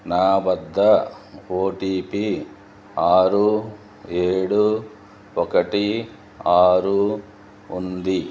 నా వద్ద ఓటీపీ ఆరు ఏడు ఒకటి ఆరు ఉంది